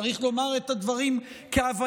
צריך לומר את הדברים כהווייתם,